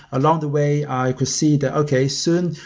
along the way i can see that, okay. soon,